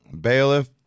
bailiff